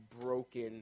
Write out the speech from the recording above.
broken